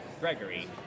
Gregory